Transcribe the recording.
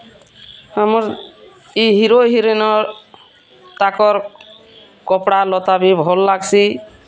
ଆମର୍ ଇ ହିରୋ ହିରୋଇନ୍ର ତାକର୍ କପଡ଼ା ଲତା ବି ଭଲ୍ ଲାଗସି